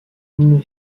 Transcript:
une